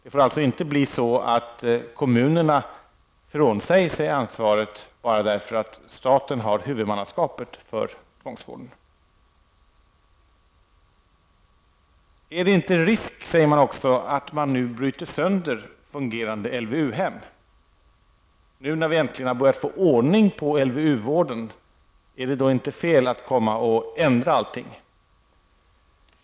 Det får alltså inte bli så att kommunerna frånsäger sig ansvaret bara därför att staten har huvudmannaskapet för tvångsvården. Är det inte en risk, frågar man sig också, för att fungerande LVU-hem bryts sönder? Nu när vi äntligen har börjat få ordning på LVU-vården är det då inte felaktigt att komma och ändra på allting?